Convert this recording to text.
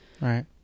right